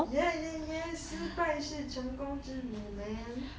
ya ya ya 失败是成功之母 man